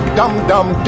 dum-dum